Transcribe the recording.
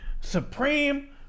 Supreme